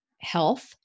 health